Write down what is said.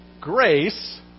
grace